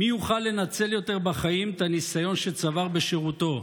מי יוכל לנצל יותר בחיים את הניסיון שצבר בשירותו,